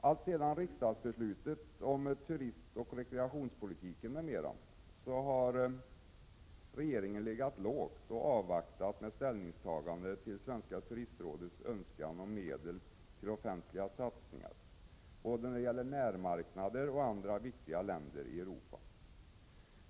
Alltsedan riksdagsbeslutet om turistoch rekreationspolitiken m.m. har regeringen legat lågt och avvaktat med att ta ställning till turistrådets önskan om medel till offentliga satsningar när det gäller både närmarknader och andra viktiga marknader i Europa.